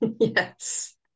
Yes